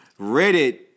Reddit